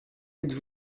êtes